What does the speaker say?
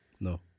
No